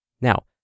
Now